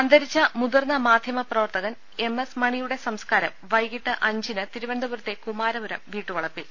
അന്തരിച്ച മുതിർന്ന മാധ്യമപ്രവർത്തകൻ എം എസ് മണിയുടെ സംസ്കാരം വൈകിട്ട് അഞ്ചിന് തിരുവനന്തപുരത്തെ കുമാരപുരം വീട്ടുവളപ്പിൽ